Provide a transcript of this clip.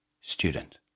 Student